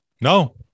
No